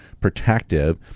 protective